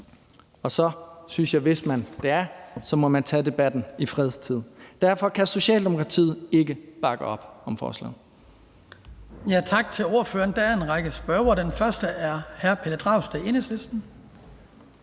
Og så synes jeg, at man, hvis det er, må tage debatten i fredstid. Derfor kan Socialdemokratiet ikke bakke op om forslaget.